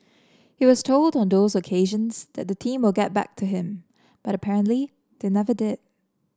he was told on those occasions that the team will get back to him but apparently they never did